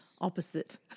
opposite